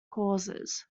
causes